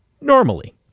normally